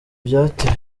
byatewe